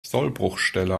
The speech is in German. sollbruchstelle